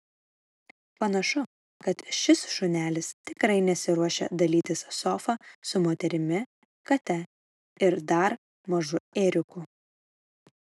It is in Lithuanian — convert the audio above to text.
panašu kad šis šunelis tikrai nesiruošia dalytis sofa su moterimi kate ir dar mažu ėriuku